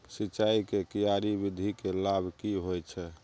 सिंचाई के क्यारी विधी के लाभ की होय छै?